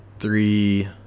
Three